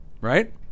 right